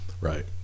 Right